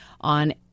on